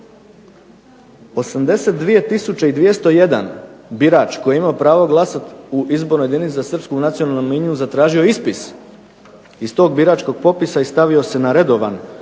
82201 birač koji je imao pravo glasat u izbornoj jedinici za srpsku nacionalnu manjinu zatražio ispis iz tog biračkog popisa i stavio se na redovan